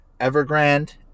Evergrande